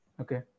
Okay